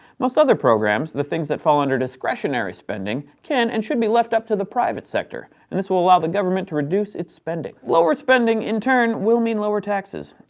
most other programs, the things that fall under discretionary spending, can and should be left up to the private sector. and this will allow the government to reduce its spending. lower spending, in turn, will mean lower taxes.